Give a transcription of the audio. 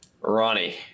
Ronnie